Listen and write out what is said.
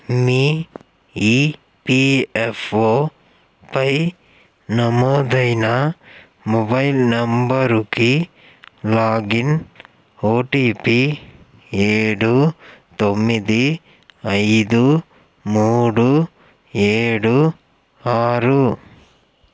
మీ ఈపీఎఫ్ఓపై నమోదైన మొబైల్ నంబరుకి లాగిన్ ఓటిపి ఏడు తొమ్మిది ఐదు మూడు ఏడు ఆరు